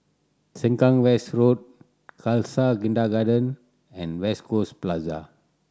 Sengkang West Road Khalsa Kindergarten and West Coast Plaza